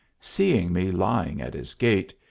seeing me lying at his gate,